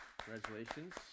Congratulations